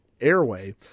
airway